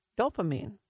dopamine